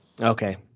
okay